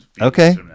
okay